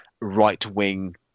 right-wing